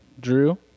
Drew